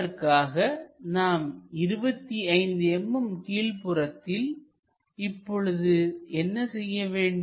அதற்காக நாம் 25 mm கீழ்ப் புறத்தில் இப்பொழுது என்ன செய்ய வேண்டும்